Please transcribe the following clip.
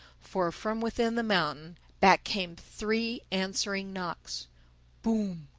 for, from within the mountain, back came three answering knocks boom.